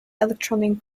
electronic